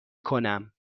کنم